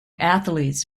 athletes